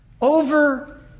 Over